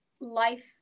life